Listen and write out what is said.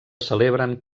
celebren